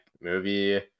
movie